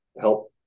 help